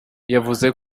yavuze